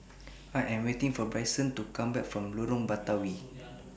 I Am waiting For Bryson to Come Back from Lorong Batawi